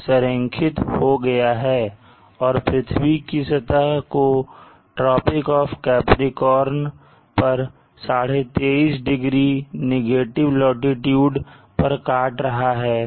संरेखित हो गया है और यह पृथ्वी की सतह को ट्रॉपिक ऑफ़ कैप्रीकॉर्न पर 2312degree लाटीट्यूड पर काट रहा है